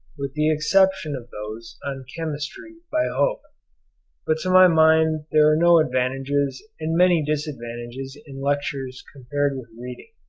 with the exception of those on chemistry by hope but to my mind there are no advantages and many disadvantages in lectures compared with reading.